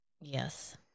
Yes